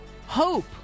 hope